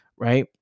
Right